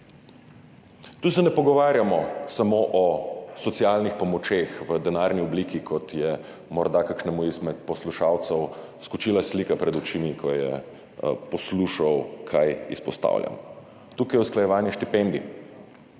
Tu se ne pogovarjamo samo o socialnih pomočeh v denarni obliki, kot je morda kakšnemu izmed poslušalcev skočila slika pred očmi, ko je poslušal, kaj izpostavljam. Tukaj je usklajevanje štipendij,